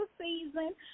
season